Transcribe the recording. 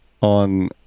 on